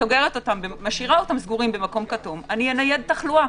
וסוגרת ומשאירה אותם סגורים במקום כתום אנייד תחלואה.